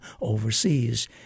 overseas